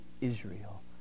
Israel